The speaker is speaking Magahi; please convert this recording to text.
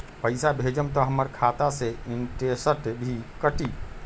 पैसा भेजम त हमर खाता से इनटेशट भी कटी?